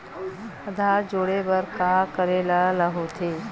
आधार जोड़े बर का करे ला होथे?